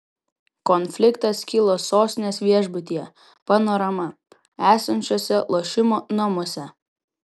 konfliktas kilo sostinės viešbutyje panorama esančiuose lošimo namuose